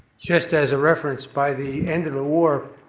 just as a reference, by the end of the war,